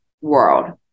world